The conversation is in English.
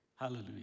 Hallelujah